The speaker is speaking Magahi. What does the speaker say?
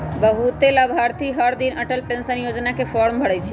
बहुते लाभार्थी हरदिन अटल पेंशन योजना के फॉर्म भरई छई